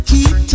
Keep